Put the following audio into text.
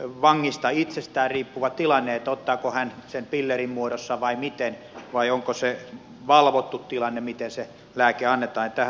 vangista itsestään riippuva tilanne ottaako hän sen pillerin muodossa vai miten vai onko se valvottu tilanne miten se lääke annetaan